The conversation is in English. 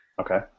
okay